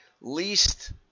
least